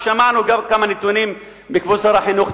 שמענו גם כמה נתונים בעקבות שר החינוך.